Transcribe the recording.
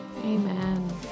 amen